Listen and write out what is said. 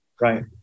Right